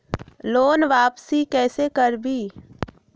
Loan वापसी कैसे करबी?